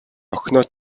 охиноо